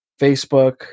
Facebook